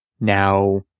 Now